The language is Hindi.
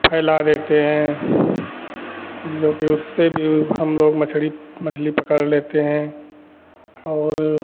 फैला देते हैं जो कि उससे भी हम लोग मछड़ी मछली पकड़ लेते हैं और